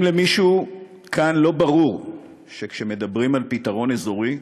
האם למישהו כאן לא ברור שכשמדברים על פתרון אזורי,